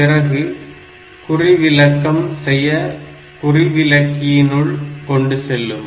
பிறகு குறிவிலக்கம் செய்ய குறிவிலக்கியினுள் கொண்டு செல்லும்